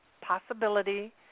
possibility